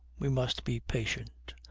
we must be patient.